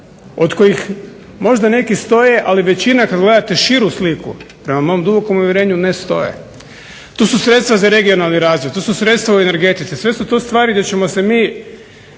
od kojih možda neki stoje ali većina kad gledate širu sliku prema mom dubokom uvjerenju ne stoje. Tu su sredstva za regionalni razvoj, tu su sredstva u energetici. Sve su to stvari gdje ćemo se mi